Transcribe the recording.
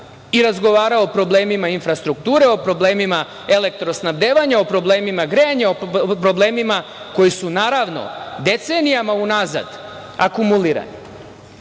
i razgovarao o problemima infrastrukture, o problemima elektrosnabdevanja, o problemima grejanja, o problemima koji su, naravno, decenijama unazad akumulirani. Naravno,